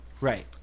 Right